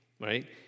right